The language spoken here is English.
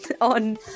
on